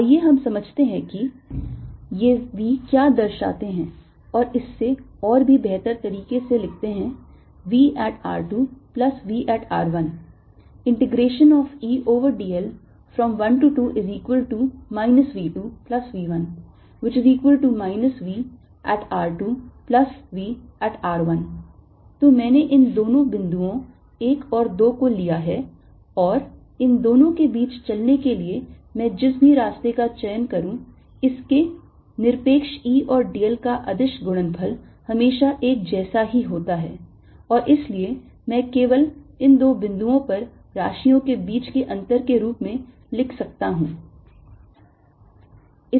आइए हम समझते हैं कि ये v क्या दर्शाते हैं और इसे और भी बेहतर तरीके से लिखते हैं v at r 2 plus v at r 1 12Edl V2V1 Vr2V तो मैंने इन दो बिंदुओं 1 और 2 को लिया है और इन दोनों के बीच चलने के लिए मैं जिस भी रास्ते का चयन करूं इसके निरपेक्ष E और dl का अदिश गुणनफल हमेशा एक जैसा ही होता है और इसीलिए मैं इसे केवल इन दो बिंदुओं पर राशियों के बीच के अंतर के रूप में लिख सकता हूं